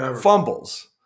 fumbles